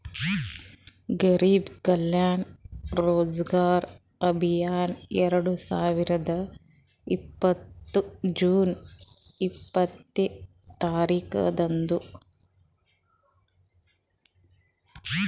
ಗರಿಬ್ ಕಲ್ಯಾಣ ರೋಜಗಾರ್ ಅಭಿಯಾನ್ ಎರಡು ಸಾವಿರದ ಇಪ್ಪತ್ತ್ ಜೂನ್ ಇಪ್ಪತ್ನೆ ತಾರಿಕ್ಗ ಬಂದುದ್